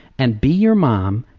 and be your mom,